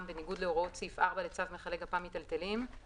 בניגוד להוראות סעיף 4 לצו מכלי גפ"מ מיטלטלים,500,